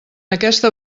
aquesta